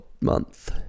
month